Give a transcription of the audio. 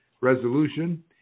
resolution